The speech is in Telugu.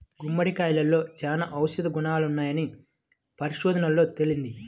గుమ్మడికాయలో చాలా ఔషధ గుణాలున్నాయని పరిశోధనల్లో తేలింది